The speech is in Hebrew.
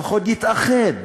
לפחות יתאחד